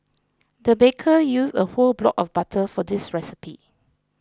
the baker used a whole block of butter for this recipe